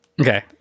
Okay